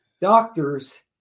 doctors